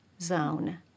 zone